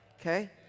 Okay